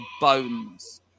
bones